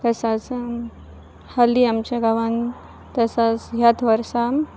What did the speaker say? तसाच हली आमच्या गांवान तसाच ह्याच वर्सा